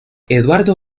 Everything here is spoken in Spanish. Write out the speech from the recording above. eduardo